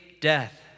death